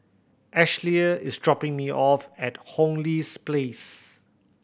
Ashlea is dropping me off at Hong Lee Place